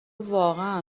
واقعا